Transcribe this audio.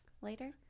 later